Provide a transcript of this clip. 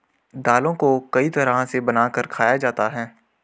दालों को कई तरह से बनाकर खाया जाता है